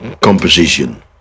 composition